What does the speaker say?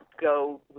go